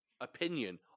opinion